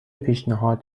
پیشنهاد